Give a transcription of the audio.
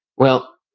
well,